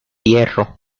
hierro